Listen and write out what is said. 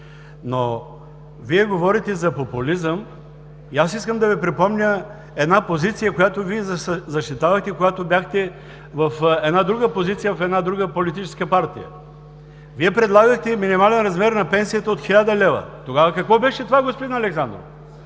Но Вие говорите за популизъм. Искам да Ви припомня една позиция, която защитавахте, когато бяхте в друга позиция – в друга политическа партия. Вие предлагахте минимален размер на пенсията от 1000 лв. Тогава какво беше това, господин Александров?!